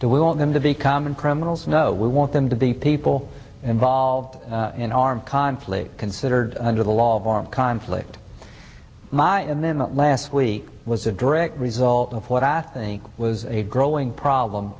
do we want them to be common criminals no we want them to be people involved in armed conflict considered under the law of armed conflict my and then that last week was a direct result of what i think was a growing problem